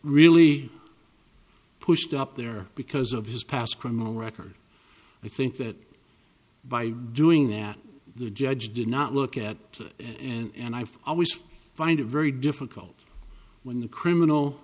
really pushed up there because of his past criminal record i think that by doing that the judge did not look at it and i always find a very difficult when the criminal